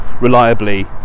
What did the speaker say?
reliably